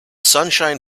sunshine